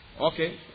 Okay